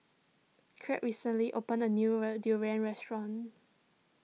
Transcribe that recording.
Kirt recently opened a newer Durian restaurant